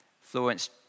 Florence